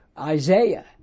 Isaiah